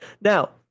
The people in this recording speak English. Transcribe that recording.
Now